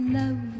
love